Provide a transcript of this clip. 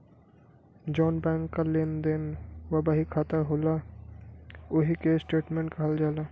जौन बैंक क लेन देन क बहिखाता होला ओही के स्टेट्मेंट कहल जाला